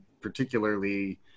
particularly